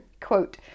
quote